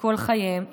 שכל חייהם ייחשפו.